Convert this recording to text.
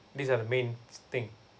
these are the main thing